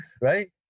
right